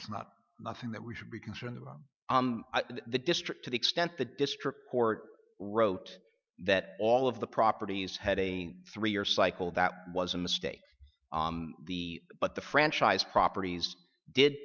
is not nothing that we should be concerned about the district to the extent the district court wrote that all of the properties had a three year cycle that was a mistake the but the franchise properties did